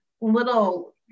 little